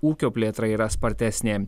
ūkio plėtra yra spartesnė